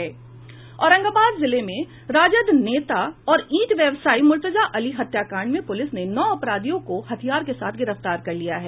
औरंगाबाद जिले में राजद नेता और ईंट व्यवसायी मुर्तुजा अली हत्याकांड में पूलिस ने नौ अपराधियों को हथियार के साथ गिरफ्तार कर लिया है